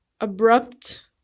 abrupt